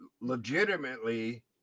legitimately